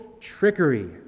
trickery